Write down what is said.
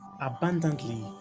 abundantly